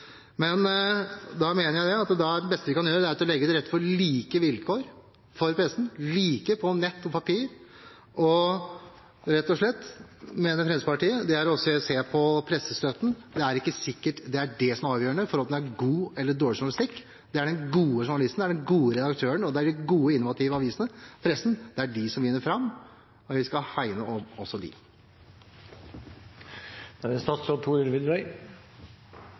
men da mener jeg at det beste vi kan gjøre, er å legge til rette for like vilkår for pressen, like vilkår for nett og papir, og rett og slett – mener Fremskrittspartiet – se på pressestøtten. Det er ikke sikkert det er den som er avgjørende for om man får god eller dårlig journalistikk. Det er den gode journalisten, den gode redaktøren og de gode, innovative avisene, pressen, som vinner fram, og vi skal hegne om også dem. Jeg vil takke representanten Arild Grande og ikke minst også komiteen for muligheten til å debattere pressefrihetens vilkår. I et demokrati er det